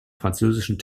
französischen